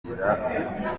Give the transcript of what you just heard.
zigira